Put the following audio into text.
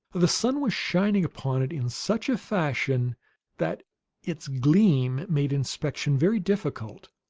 the sun was shining upon it in such a fashion that its gleam made inspection very difficult.